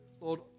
Lord